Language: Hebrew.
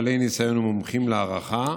בעלי ניסיון ומומחים להערכה,